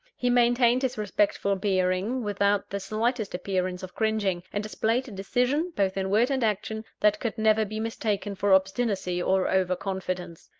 he maintained his respectful bearing, without the slightest appearance of cringing and displayed a decision, both in word and action, that could never be mistaken for obstinacy or over-confidence.